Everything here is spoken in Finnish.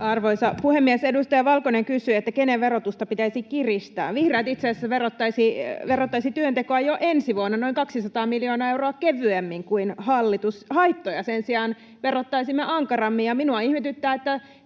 Arvoisa puhemies! Edustaja Valkonen kysyi, että kenen verotusta pitäisi kiristää. Vihreät itse asiassa verottaisi työntekoa jo ensi vuonna noin 200 miljoonaa euroa kevyemmin kuin hallitus. Haittoja sen sijaan verottaisimme ankarammin. Minua ihmetyttää, että